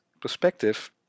perspective